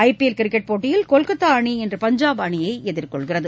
ஐ P L கிரிக்கெட் போட்டியில் கொல்கத்தா அணி இன்று பஞ்சாப் அணியை எதிர்கொள்கிறது